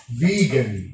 vegan